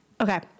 Okay